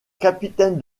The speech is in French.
capitaine